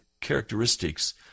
characteristics